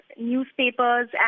newspapers